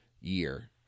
year